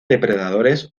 depredadores